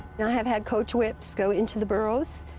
i have had coach whips go into the burrows.